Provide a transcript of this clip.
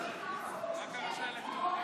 2021,